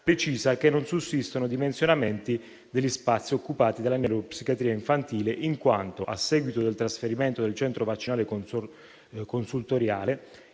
precisa che non sussistono dimensionamenti degli spazi occupati dalla neuropsichiatria infantile in quanto, a seguito del trasferimento del centro vaccinale consultoriale